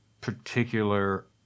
particular